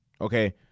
okay